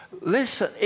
listen